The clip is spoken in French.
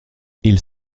ils